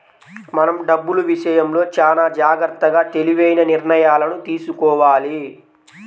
మనం డబ్బులు విషయంలో చానా జాగర్తగా తెలివైన నిర్ణయాలను తీసుకోవాలి